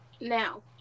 Now